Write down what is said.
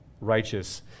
righteous